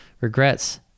regrets